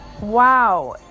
Wow